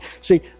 see